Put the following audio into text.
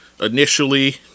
initially